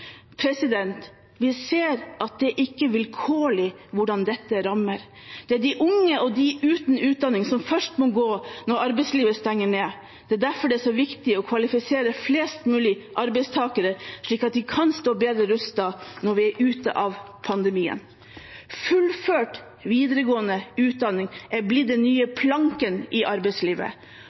Vi ser at det ikke er vilkårlig hvordan dette rammer. Det er de unge og de uten utdanning som først må gå når arbeidslivet stenger ned. Det er derfor det er så viktig å kvalifisere flest mulig arbeidstakere, slik at de kan stå bedre rustet når vi er ute av pandemien. Fullført videregående utdanning er blitt den nye planken i arbeidslivet,